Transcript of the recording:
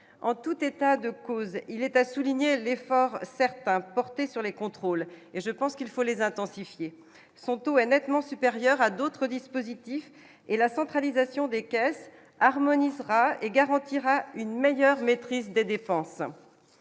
en tout état de cause, il est à souligner l'effort certains sur les contrôles et je pense qu'il faut les intensifier son taux est nettement supérieure à d'autres dispositifs et la centralisation des caisses harmonie sera et garantira une meilleure maîtrise des dépenses,